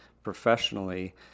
professionally